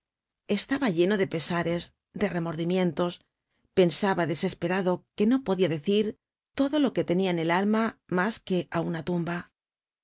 estaba lleno de pesares de remordimientos pensaba desesperado que no podia decir todo lo que tenia en el alma mas que á una tumba